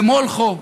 למולכו.